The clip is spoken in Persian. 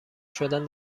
شدن